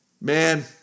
man